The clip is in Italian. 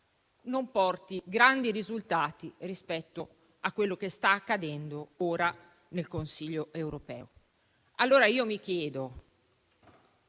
non porti grandi risultati rispetto a quello che sta accadendo ora nel Consiglio europeo. Mi chiedo